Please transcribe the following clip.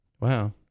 Wow